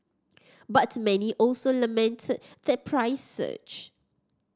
but many also lamented the price surge